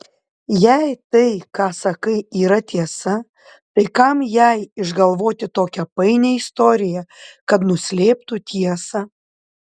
jei tai ką sakai yra tiesa tai kam jai išgalvoti tokią painią istoriją kad nuslėptų tiesą